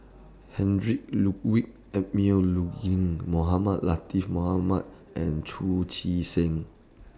Heinrich Ludwig Emil Luering Mohamed Latiff Mohamed and Chu Chee Seng